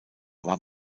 war